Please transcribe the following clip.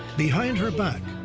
behind her back,